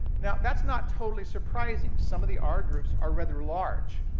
now, that's not totally surprising. some of the r groups are rather large.